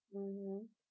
mmhmm